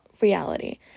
reality